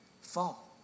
fall